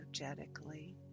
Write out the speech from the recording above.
energetically